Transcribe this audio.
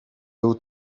był